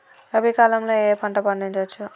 రబీ కాలంలో ఏ ఏ పంట పండించచ్చు?